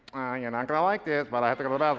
you're not going to like this but